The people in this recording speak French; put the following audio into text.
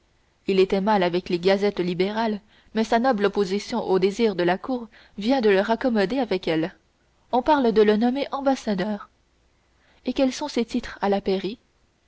il était mal avec les gazettes libérales mais sa noble opposition aux désirs de la cour vient de le raccommoder avec elles on parle de le nommer ambassadeur et quels sont ses titres à la pairie